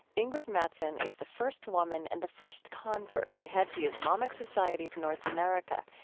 ingrid mattson is the first woman and the first convert to head the islamic society of north america,